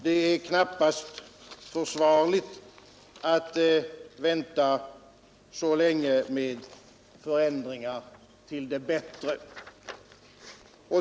Det är knappast försvarligt att vänta så länge med förändringar till det bättre.